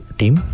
team